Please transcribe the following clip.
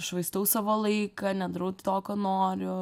švaistau savo laiką nedarau to ko noriu